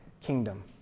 kingdom